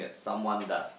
someone does